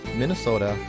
Minnesota